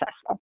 successful